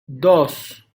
dos